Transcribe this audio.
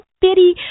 bitty